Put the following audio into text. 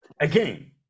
Again